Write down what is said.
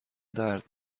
درد